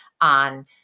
on